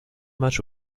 match